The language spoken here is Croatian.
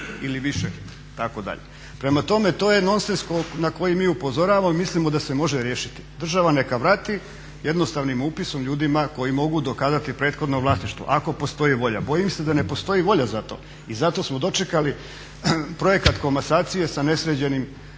ili više itd. Prema tome, to je …/Govornik se ne razumije./… na koji mi upozoravamo i mislimo da se može riješiti. Država neka vrati jednostavnim upisom ljudima koji mogu dokazati prethodno vlasništvo ako postoji volja. Bojim se da ne postoji volja za to i zato smo dočekali projekat komasacije sa nesređenim,